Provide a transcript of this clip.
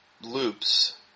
loops